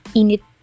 init